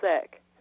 sick